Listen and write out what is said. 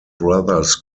brothers